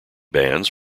bands